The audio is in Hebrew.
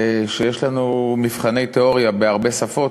יש לנו מבחני תיאוריה בהרבה שפות,